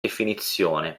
definizione